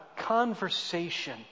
conversation